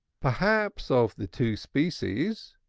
perhaps of the two species,